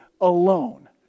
alone